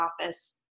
office